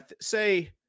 say